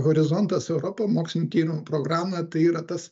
horizontas europa mokslinių tyrimų programa tai yra tas